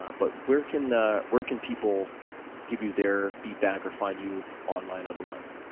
ah but where can ah where can people give you their feedback or find you online otherwise?